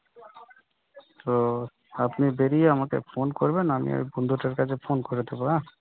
তো তো আপনি বেরিয়ে আমাকে ফোন করবেন আমি ওই বন্ধুটার কাছে ফোন করে দেবো হ্যাঁ